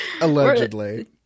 allegedly